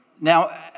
now